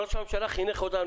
ראש הממשלה חינך אותנו.